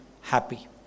happy